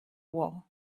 war